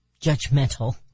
judgmental